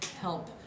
help